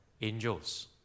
angels